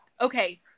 okay